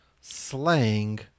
slang